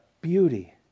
beauty